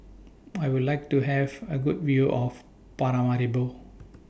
I Would like to Have A Good View of Paramaribo